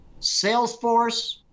Salesforce